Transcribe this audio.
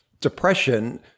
depression